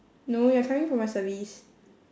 no you're coming for my service